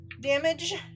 damage